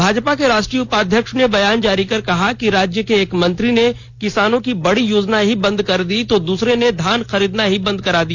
भाजपा के राष्ट्रीय उपाध्यक्ष ने बयान जारी कर कहा कि राज्य के एक मंत्री ने किसानों की बड़ी योजना ही बंद कर दी तो दूसरे ने धान खरीदना ही बंद करा दिया